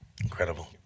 Incredible